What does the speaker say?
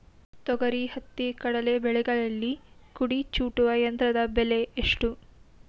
ತೊಗರಿ, ಹತ್ತಿ, ಕಡಲೆ ಬೆಳೆಗಳಲ್ಲಿ ಕುಡಿ ಚೂಟುವ ಯಂತ್ರದ ಬೆಲೆ ಎಷ್ಟು?